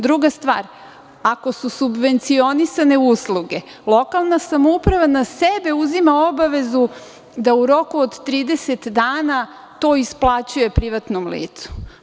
Druga stvar, ako su subvencionisane usluge, lokalna samouprava na sebe uzima obavezu da u roku od 30 dana to isplaćuje privatnom licu.